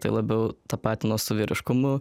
tai labiau tapatinu su vyriškumu